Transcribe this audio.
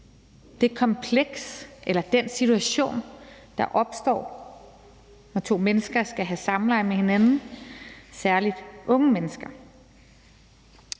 kan man sige – den situation, der opstår, når to mennesker skal have samleje med hinanden, særlig unge mennesker.